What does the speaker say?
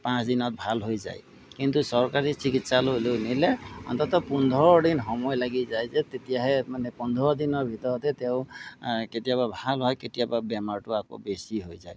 পাঁচ দিনত ভাল হৈ যায় কিন্তু চৰকাৰী চিকিৎসালয়লৈ নিলে অন্ততঃ পোন্ধৰ দিন সময় লাগি যায় যে তেতিয়াহে মানে পোন্ধৰ দিনৰ ভিতৰতে তেওঁ কেতিয়াবা ভাল হয় কেতিয়াবা বেমাৰটো আকৌ বেছি হৈ যায়